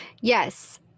Yes